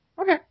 Okay